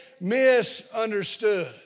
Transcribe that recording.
misunderstood